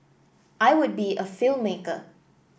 I would be a film maker